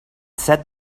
said